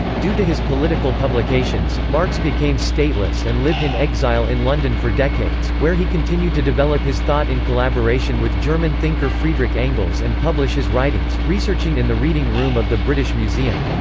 due to his political publications, marx became stateless and lived in exile in london for decades, where he continued to develop his thought in collaboration with german thinker friedrich engels and publish his writings, researching in the reading room of the british museum.